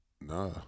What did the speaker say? Nah